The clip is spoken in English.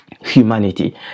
Humanity